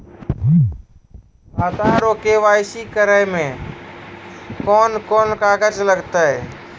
खाता रो के.वाइ.सी करै मे कोन कोन कागज लागतै?